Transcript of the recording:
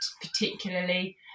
particularly